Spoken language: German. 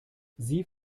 sie